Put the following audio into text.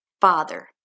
Father